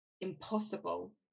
impossible